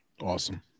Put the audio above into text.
Awesome